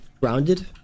Grounded